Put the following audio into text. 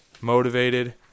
motivated